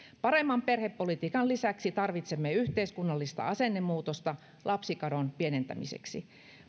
paremman perhepolitiikan lisäksi tarvitsemme yhteiskunnallista asennemuutosta lapsikadon pienentämiseksi